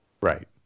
right